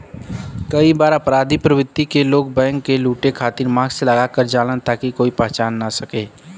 कई बार अपराधी प्रवृत्ति क लोग बैंक क लुटे खातिर मास्क लगा क जालन ताकि कोई पहचान न सके